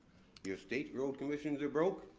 your state road commissions are broke,